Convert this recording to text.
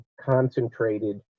concentrated